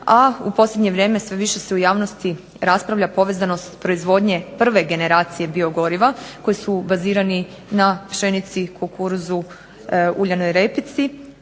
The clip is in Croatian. a u posljednje vrijeme sve više se u javnosti raspravlja povezanost proizvodnje prve generacije biogoriva, koji su bazirani na pšenici, kukuruzu, uljanoj repici,